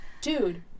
dude